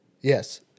Yes